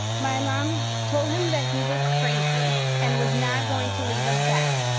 my mom told him that he was crazy and was not going to leave us back.